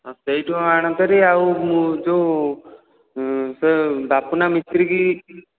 ହଁ ସେଇଠୁ ଆଣନ୍ତେ ଭାରି ଆଉ ଯେଉଁ ସେ ବାପୁନା ମିସ୍ତ୍ରୀ କି